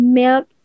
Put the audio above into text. milk